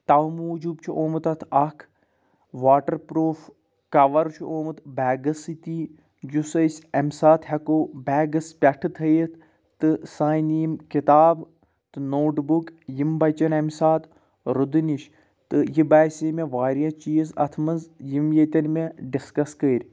توٕ موٗجوٗب چھُ آمُت اَتھ اَکھ واٹَر پرٛوٗپھ کَوَر چھُ آمُت بیگَس سۭتی یُس أسۍ اَمہِ ساتہٕ ہٮ۪کو بیگَس پٮ۪ٹھٕ تھٲیِتھ تہٕ سانہِ یِم کِتاب تہٕ نوٹ بُک یِم بَچَن اَمہِ ساتہٕ رُدٕ نِش تہٕ یہِ باسے مےٚ واریاہ چیٖز اَتھ منٛز یِم ییٚتٮ۪ن مےٚ ڈِسکَس کٔرۍ